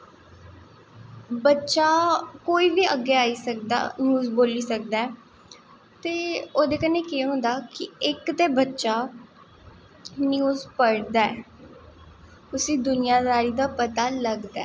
ते बच्चा कोई बी अग्गैं आई सकदा न्यूज़ बोल्ली सकदा ओह्दे कन्नैं केह् होंदा कि इक ते बच्चा न्यूज़ पढ़दा ऐ उसी दुनियादारी दा पता लगदा ऐ